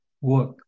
work